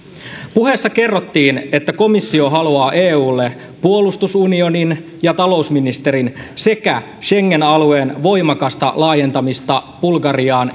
puheessa kerrottiin että komissio haluaa eulle puolustusunionin ja talousministerin sekä schengen alueen voimakasta laajentamista bulgariaan